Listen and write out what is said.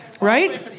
right